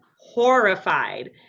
horrified